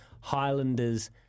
highlanders